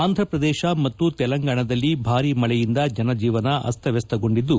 ಆಂಧಪ್ರದೇಶ ಮತ್ತು ತೆಲಂಗಾಣದಲ್ಲಿ ಭಾರಿ ಮಳೆಯಿಂದ ಜನಜೀವನ ಅಸ್ತವಸ್ತಗೊಂಡಿದ್ದು